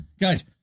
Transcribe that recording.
Guys